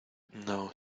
now